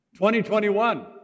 2021